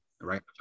right